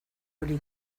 hori